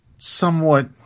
somewhat